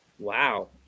Wow